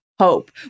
hope